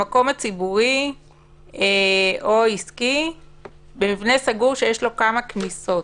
המקום הציבורי או העסקי במבנה סגור שיש לו כמה כניסות.